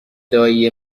دایی